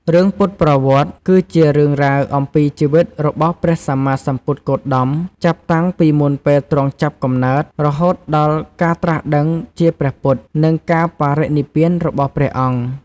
រឿងពុទ្ធប្រវត្តិ គឺជា រឿងរ៉ាវអំពីជីវិតរបស់ព្រះសម្មាសម្ពុទ្ធគោតម ចាប់តាំងពីមុនពេលទ្រង់ចាប់កំណើត រហូតដល់ការត្រាស់ដឹងជាព្រះពុទ្ធ និងការបរិនិព្វានរបស់ព្រះអង្គ។